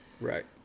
Right